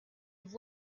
have